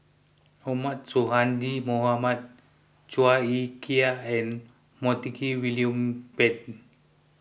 Ahmad Sonhadji Mohamad Chua Ek Kay and Montague William Pett